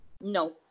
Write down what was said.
No